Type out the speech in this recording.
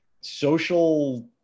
social